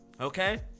okay